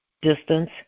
distance